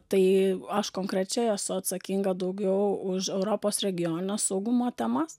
tai aš konkrečiai esu atsakinga daugiau už europos regioninio saugumo temas